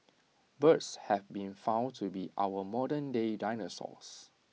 birds have been found to be our modernday dinosaurs